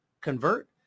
convert